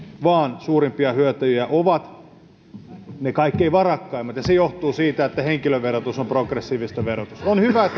vaan suurimpia hyötyjiä ovat ne kaikkein varakkaimmat ja se johtuu siitä että henkilöverotus on progressiivista verotusta on hyvä